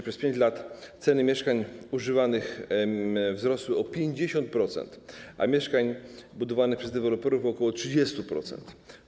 Przez 5 lat ceny mieszkań używanych wzrosły o 50%, a mieszkań budowanych przez deweloperów - ok. 30%.